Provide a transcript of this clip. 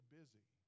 busy